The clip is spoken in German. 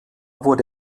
wurde